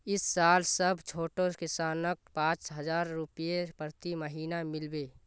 इस साल सब छोटो किसानक पांच हजार रुपए प्रति महीना मिल बे